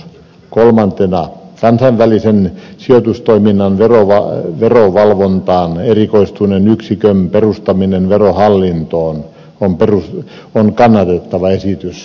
kolmanneksi kansainvälisen sijoitustoiminnan verovalvontaan erikoistuneen yksikön perustaminen verohallintoon on kannatettava esitys